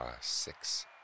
six